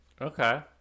Okay